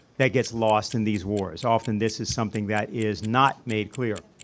that gets lost in these wars. often this is something that is not made clear.